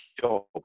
job